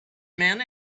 men